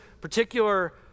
particular